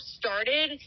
started